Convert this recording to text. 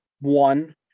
One